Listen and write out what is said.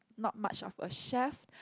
not much of a chef